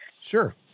Sure